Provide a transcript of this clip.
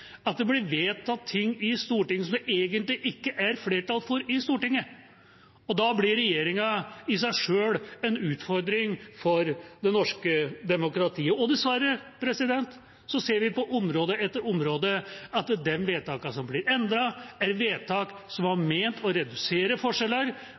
at det blir vedtatt ting i Stortinget som det egentlig ikke er flertall for i Stortinget, og da blir regjeringa i seg selv en utfordring for det norske demokratiet. Dessverre ser vi på område etter område at de vedtakene som blir endret, er vedtak som